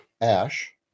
ash